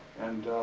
and